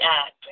act